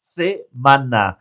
semana